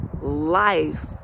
life